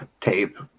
tape